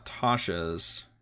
Tasha's